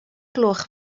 gloch